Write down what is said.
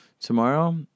Tomorrow